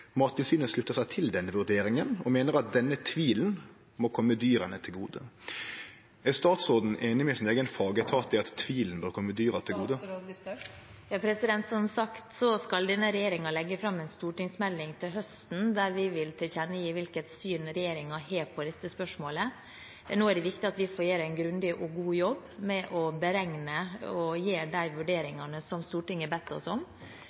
slutter seg til denne vurderingen og mener at denne tvilen må komme dyrene til gode.» Er statsråden einig med sin eigen fagetat i at tvilen bør kome dyra til gode? Som sagt skal denne regjeringen legge fram en stortingsmelding til høsten, der vi vil tilkjennegi hvilket syn regjeringen har på dette spørsmålet. Nå er det viktig at vi får gjøre en grundig og god jobb med å beregne og gi de vurderingene som Stortinget har bedt oss om.